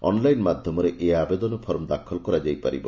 online ମାଧ୍ଘମରେ ଏହି ଆବେଦନ ଫର୍ମ ଦାଖଲ କରାଯାଇ ପାରିବ